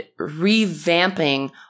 revamping